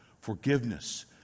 Forgiveness